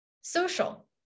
social